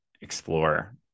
explore